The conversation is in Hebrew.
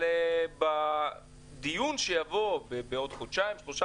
אבל בדיון שיבוא בעוד חודשיים או שלושה